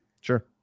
Sure